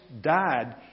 died